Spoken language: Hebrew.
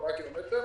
ארבעה קילומטרים,